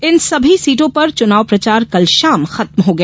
इन सभी सीटों पर चुनाव प्रचार कल शाम खत्म हो गया